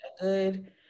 good